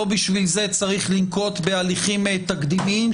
לא בשביל זה צריך לנקוט בהליכים תקדימיים,